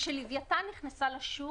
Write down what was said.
כשלווייתן נכנסה לשוק